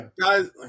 guys